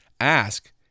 Ask